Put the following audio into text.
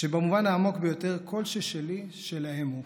שבמובן העמוק ביותר, כל ששלי, שלהם הוא.